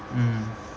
mm